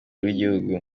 rw’igihugu